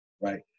right